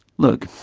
look,